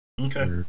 Okay